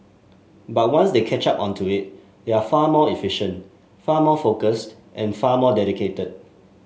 but once they catch up on to it they are far more efficient far more focused and far more dedicated